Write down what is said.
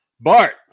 Bart